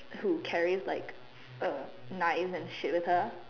who carries like uh knife and shit with her